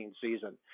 season